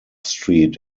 street